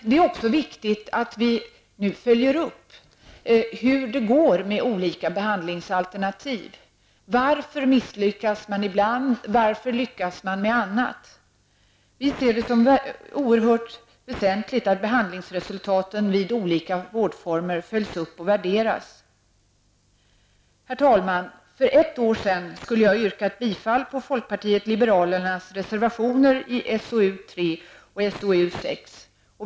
Det är också viktigt att vi följer upp hur det går med olika behandlingsalternativ. Varför misslyckas man ibland när man lyckas med annat? Vi ser det som oerhört väsentligt att behandlingsresultaten vid olika vårdformer följs upp och värderas. Herr talman! För ett år sedan skulle jag ha yrkat bifall på folkpartiet liberalernas reservationer i SoU3 och SoU6.